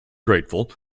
grateful